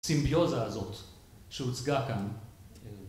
‫הסימביוזה הזאת שהוצגה כאן.